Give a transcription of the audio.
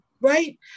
Right